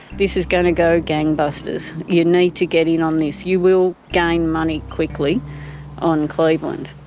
this is going to go gangbusters, you need to get in on this. you will gain money quickly on cleveland.